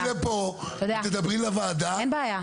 אני מבקש שתסתכלי לפה ותדברי לוועדה.